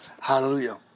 Hallelujah